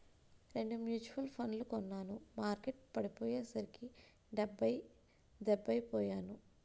రెండు మ్యూచువల్ ఫండ్లు కొన్నాను మార్కెట్టు పడిపోయ్యేసరికి డెబ్బై పొయ్యాను